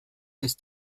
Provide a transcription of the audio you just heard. ist